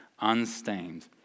unstained